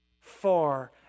far